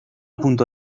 punto